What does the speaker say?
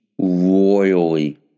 royally